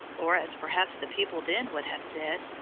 or as perhaps the people then would have said,